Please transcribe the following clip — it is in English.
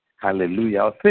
Hallelujah